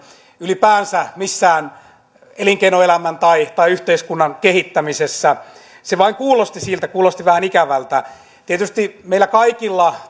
ylipäänsä missään elinkeinoelämän tai tai yhteiskunnan kehittämisessä se vain kuulosti siltä kuulosti vähän ikävältä tietysti meillä kaikilla